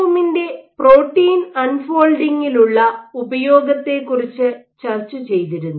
M ന്റെ protein അൺഫോൾഡിങ്ങിലുള്ള ഉപയോഗത്തെക്കുറിച്ച് ചർച്ച ചെയ്തിരുന്നു